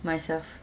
myself